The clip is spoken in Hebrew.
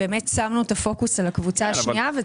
שמנו פוקוס על הקבוצה השנייה.